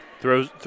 Throws